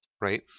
right